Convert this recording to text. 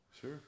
Sure